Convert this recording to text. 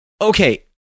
okay